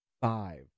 five